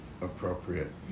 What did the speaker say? appropriate